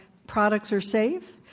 products are safe,